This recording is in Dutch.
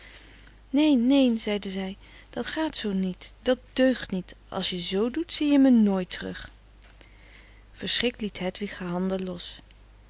neen neen zeide zij dat gaat zoo niet dat deugt niet als je z doet zie je me nooit terug verschrikt liet hedwig haar handen los